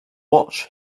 watch